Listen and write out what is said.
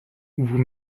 vous